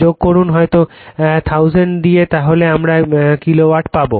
যোগ করুন হয়তো 1000 দিয়ে তাহলে আমরা কিলোওয়াট পাবো